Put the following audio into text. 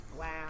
Wow